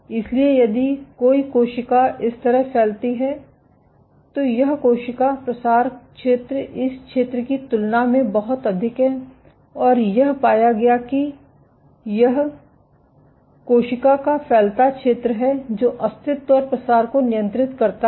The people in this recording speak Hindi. इसलिए यदि कोई कोशिका इस तरह फैलती है तो यह कोशिका प्रसार क्षेत्र इस क्षेत्र की तुलना में बहुत अधिक है और यह पाया गया कि यह कोशिका का फैलता क्षेत्र है जो अस्तित्व और प्रसार को नियंत्रित करता है